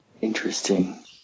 Interesting